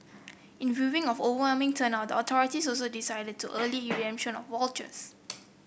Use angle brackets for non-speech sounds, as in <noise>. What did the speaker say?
in viewing of overwhelming turnout the authorities also decided to early <unintelligible> of vouchers